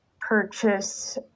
purchase